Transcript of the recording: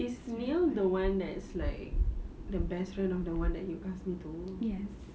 is neil the one that it's like the best friend of the one that you ask me tu